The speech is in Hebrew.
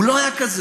הוא לא היה כזה.